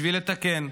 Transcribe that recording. בשביל לתקן,